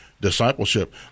discipleship